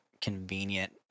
convenient